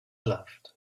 loved